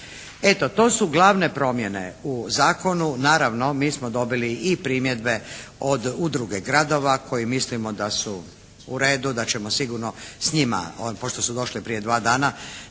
Eto, to su glavne promjene u zakonu. Naravno mi smo dobili primjedbe od Udruge gradova koji mislimo da su u redu, da ćemo sigurno s njima pošto su došle prije dva dana